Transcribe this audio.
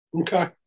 Okay